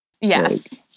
Yes